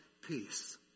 peace